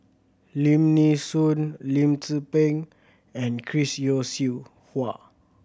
Lim Nee Soon Lim Tze Peng and Chris Yeo Siew Hua